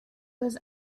was